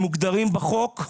הם מוגדרים בחוק,